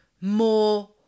more